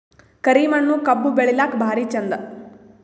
ಕರಿ ಮಣ್ಣು ಕಬ್ಬು ಬೆಳಿಲ್ಲಾಕ ಭಾರಿ ಚಂದ?